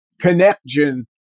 connection